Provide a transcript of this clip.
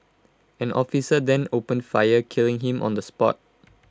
an officer then opened fire killing him on the spot